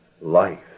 life